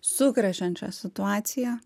sukrečiančia situacija